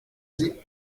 sie